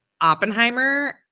Oppenheimer